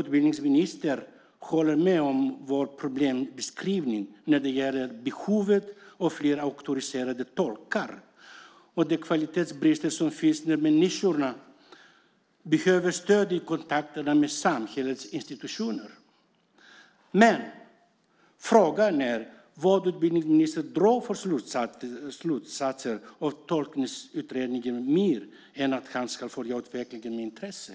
utbildningsministern håller med om vår problembeskrivning när det gäller behovet av flera auktoriserade tolkar och de kvalitetsbrister som finns när människorna behöver stöd i kontakter med samhällets institutioner. Men frågan är vad utbildningsministern drar för slutsatser av Tolkutredningen mer än att han ska följa utvecklingen med intresse.